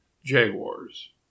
jaguars